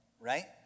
right